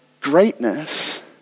greatness